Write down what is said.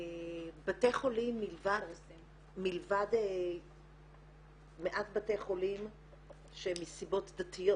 בתי חולים, מלבד מעט בתי חולים שמסיבות דתיות